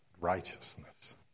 righteousness